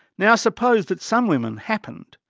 now suppose that some women happened,